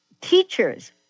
teachers